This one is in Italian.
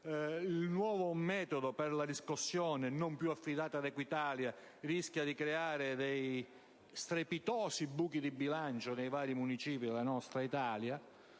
il nuovo metodo per la riscossione, non più affidato ad Equitalia, si rischia di creare degli strepitosi buchi di bilancio nei vari municipi della nostra Italia;